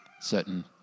certain